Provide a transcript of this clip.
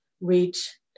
reach